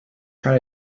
try